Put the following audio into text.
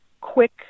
quick